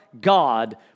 God